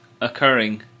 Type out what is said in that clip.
occurring